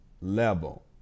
level